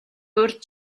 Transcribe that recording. урьд